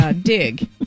Dig